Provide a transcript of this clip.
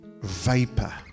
vapor